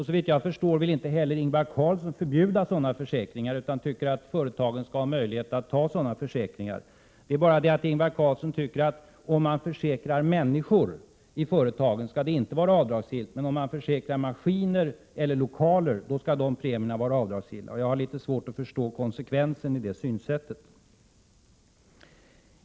Såvitt jag förstår vill inte heller Ingvar Carlsson förbjuda sådana försäkringar, utan han tycker att företagen skall ha möjlighet att ha sådana försäkringar. Däremot anser Ingvar Carlsson, att om man försäkrar människor i företagen skall det inte vara avdragsgillt, men om man försäkrar maskiner eller lokaler skall premierna vara avdragsgilla. Jag har litet svårt att förstå konsekvensen i det synsättet.